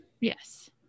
Yes